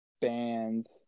bands